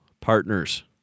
partners